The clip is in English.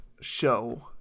show